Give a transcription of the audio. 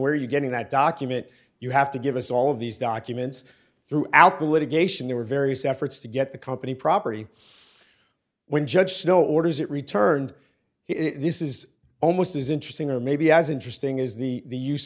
where are you getting that document you have to give us all of these documents throughout the litigation there were various efforts to get the company property when judge snow orders it returned it this is almost as interesting or maybe as interesting is the